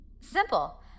Simple